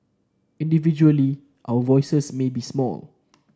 individually our voices may be small